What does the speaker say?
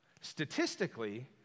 Statistically